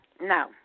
No